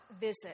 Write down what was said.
visit